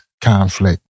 conflict